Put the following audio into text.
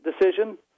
decision